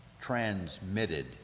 transmitted